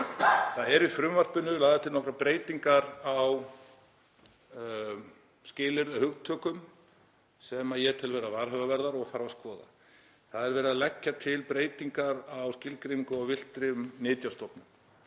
Það eru í frumvarpinu lagðar til nokkrar breytingar á hugtökum sem ég tel vera varhugaverðar og þurfi að skoða. Það er verið að leggja til breytingar á skilgreiningu á villtum nytjastofnum.